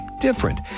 different